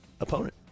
opponent